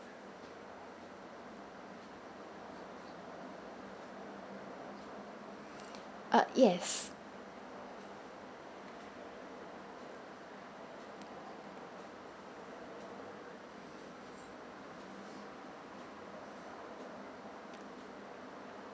uh yes